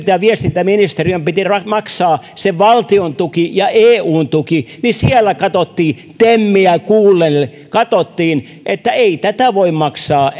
ja viestintäministeriön piti maksaa se valtion tuki ja eun tuki niin siellä temiä kuunnellen katsottiin että ei tätä voi maksaa